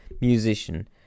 musician